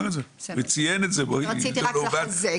רציתי רק לחזק.